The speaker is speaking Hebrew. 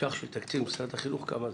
ש"ח של תקציב משרד החינוך, כמה זה?